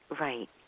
Right